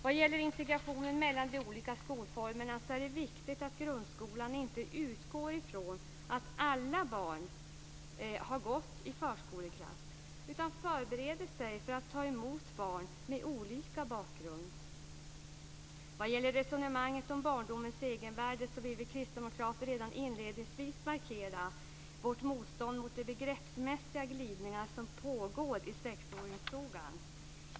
Vad gäller integrationen mellan de olika skolformerna är det viktigt att grundskolan inte utgår från att alla barn har gått i förskoleklass utan förbereder sig för att ta emot barn med olika bakgrund. Vad gäller resonemanget om barndomens egenvärde vill vi kristdemokrater redan inledningsvis markera vårt motstånd mot de begreppsmässiga glidningar vi ser i sexåringsfrågan.